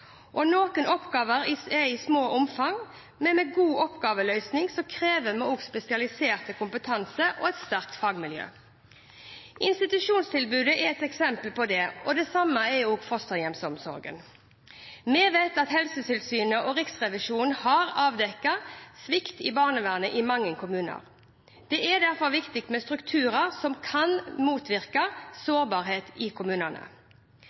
Noen oppgaver er små i omfang, men god oppgaveløsning krever spesialisert kompetanse og et sterkt fagmiljø. Institusjonstilbudet er et eksempel på dette, og det samme er fosterhjemsomsorgen. Vi vet at Helsetilsynet og Riksrevisjonen har avdekket svikt i barnevernet i mange kommuner. Det er derfor viktig med strukturer som kan motvirke sårbarhet i kommunene.